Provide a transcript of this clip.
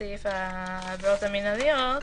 סעיף העבירות המינהליות.